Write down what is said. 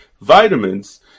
Vitamins